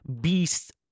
beast